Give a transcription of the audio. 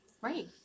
Right